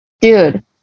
Dude